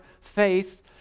faith